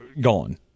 gone